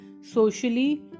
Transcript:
socially